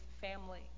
family